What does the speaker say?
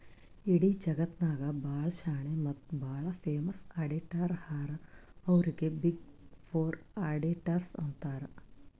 ಇಡೀ ಜಗತ್ನಾಗೆ ಭಾಳ ಶಾಣೆ ಮತ್ತ ಭಾಳ ಫೇಮಸ್ ಅಡಿಟರ್ ಹರಾ ಅವ್ರಿಗ ಬಿಗ್ ಫೋರ್ ಅಡಿಟರ್ಸ್ ಅಂತಾರ್